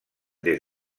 des